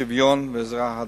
שוויון ועזרה הדדית.